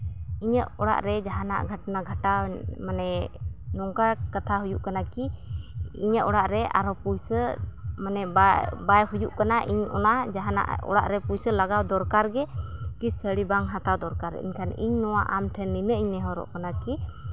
ᱤᱧᱟᱹᱜ ᱚᱲᱟᱜ ᱨᱮ ᱡᱟᱦᱟᱱᱟᱜ ᱜᱷᱚᱴᱚᱱᱟ ᱜᱷᱚᱴᱟᱣ ᱢᱟᱱᱮ ᱱᱚᱝᱠᱟ ᱠᱟᱛᱷᱟ ᱦᱩᱭᱩᱜ ᱠᱟᱱᱟ ᱠᱤ ᱤᱧᱟᱹᱜ ᱚᱲᱟᱜ ᱨᱮ ᱟᱨᱦᱚᱸ ᱯᱩᱭᱥᱟᱹ ᱢᱟᱱᱮ ᱵᱟᱭ ᱦᱩᱭᱩᱜ ᱠᱟᱱᱟ ᱤᱧ ᱚᱱᱟ ᱡᱟᱦᱟᱱᱟᱜ ᱚᱲᱟᱜ ᱨᱮ ᱯᱩᱭᱥᱟᱹ ᱞᱟᱜᱟᱣ ᱫᱚᱨᱠᱟᱨ ᱜᱮ ᱠᱤ ᱥᱟᱹᱲᱤ ᱵᱟᱝ ᱦᱟᱛᱟᱣ ᱫᱚᱨᱠᱟᱨ ᱮᱱᱠᱷᱟᱱ ᱤᱧ ᱱᱚᱣᱟ ᱟᱢ ᱴᱷᱮᱱ ᱱᱤᱱᱟᱹᱜ ᱤᱧ ᱱᱮᱦᱚᱨᱚᱜ ᱠᱟᱱᱟ ᱠᱤ